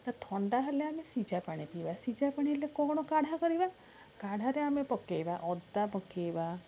ତ ଥଣ୍ଡା ହେଲେ ଆମେ ସିଝା ପାଣି ପିଇବା ସିଝା ପାଣି ହେଲେ କ'ଣ କାଢ଼ା କରିବା କାଢ଼ାରେ ଆମେ ପକେଇବା ଅଦା ପକେଇବା